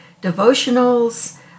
Devotionals